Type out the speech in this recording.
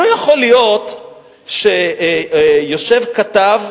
לא יכול להיות שישב כתב,